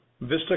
VISTA